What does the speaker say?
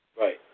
Right